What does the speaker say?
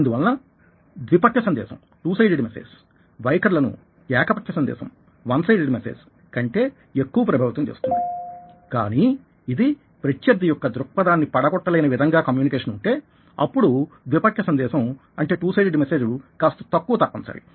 అందువలన ద్విపక్ష సందేశం వైఖరులను ఏకపక్ష సందేశం కంటే ఎక్కువ ప్రభావితం చేస్తుంది కానీ ఇది ప్రత్యర్థి యొక్క దృక్పథాన్ని పడగొట్ట లేని విధంగా కమ్యూనికేషన్ ఉంటే అప్పుడు ద్విపక్ష సందేశం కాస్త తక్కువ తప్పనిసరి